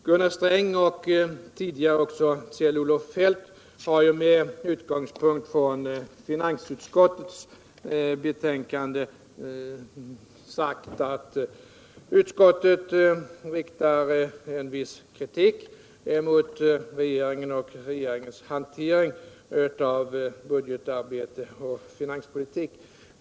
Gunnar Sträng och tidigare även Kjell-Olof Feldt har ju med utgångspunkt i finansutskottets betänkande sagt att utskottet riktar viss kritik mot regeringen och dess hantering av budgetarbete och finanspolitik.